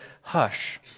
hush